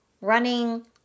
Running